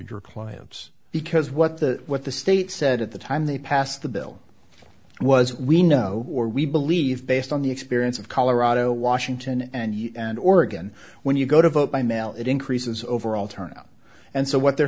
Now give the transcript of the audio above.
your clients because what the what the state said at the time they passed the bill was we know or we believe based on the experience of colorado washington and oregon when you go to vote by mail it increases overall turnout and so what they're